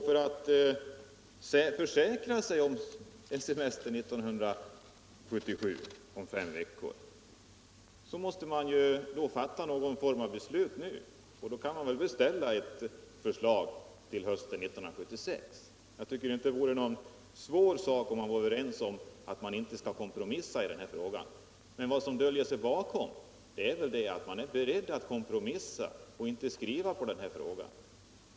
För att försäkra sig om fem veckors semester 1977 måste man ju fatta något slags beslut nu, och då kan man väl beställa ett förslag till hösten 1976. Jag tycker inte att det vore någon svår sak, om man är överens om att man inte här skall kompromissa. Men vad som döljer sig bakom tillvägagångssättet är väl att man är beredd att kompromissa och därför inte vill skriva fast sig i denna fråga.